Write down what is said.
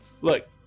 look